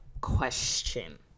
question